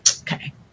Okay